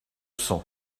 sang